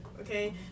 okay